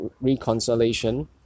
reconciliation